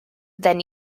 then